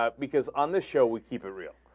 um because on this show we keep it real